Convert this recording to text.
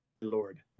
Lord